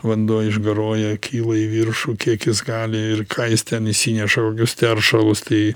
vanduo išgaruoja kyla į viršų kiek jis gali ir ką jis ten išsineša kokius teršalus tai